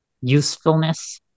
usefulness